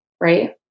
right